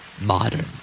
Modern